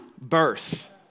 Birth